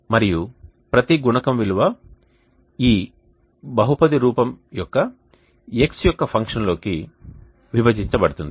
మరియు ప్రతి గుణకం విలువ ఈ బహుపది రూపం యొక్క x యొక్క ఫంక్షన్ లోకి విభజించ బడుతుంది